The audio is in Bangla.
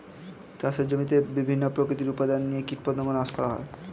চাষের জমিতে বিভিন্ন প্রাকৃতিক উপাদান দিয়ে কীটপতঙ্গ নাশ করা হয়